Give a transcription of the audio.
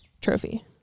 trophy